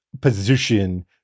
position